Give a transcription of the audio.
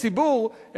הציבור,